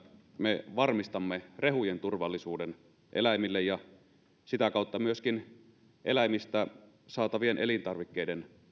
me varmistamme rehujen turvallisuuden eläimille ja sitä kautta myöskin eläimistä saatavien elintarvikkeiden